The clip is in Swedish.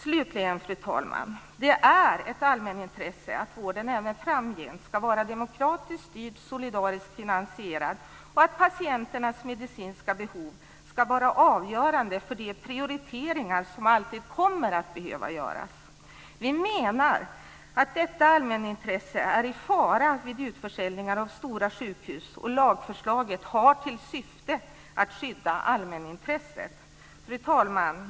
Slutligen, fru talman, är det ett allmänintresse att vården även framgent ska vara demokratiskt styrd och solidariskt finansierad och att patienternas medicinska behov ska vara avgörande för de prioriteringar som alltid kommer att behövas göras. Vi menar att detta allmänintresse är i fara vid utförsäljningar av stora sjukhus, och lagförslaget har till syfte att skydda allmänintresset. Fru talman!